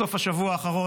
שלנו,